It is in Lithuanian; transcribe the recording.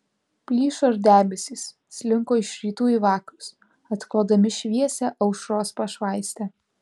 plyšo ir debesys slinko iš rytų į vakarus atklodami šviesią aušros pašvaistę